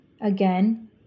Again